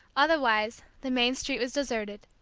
otherwise the main street was deserted.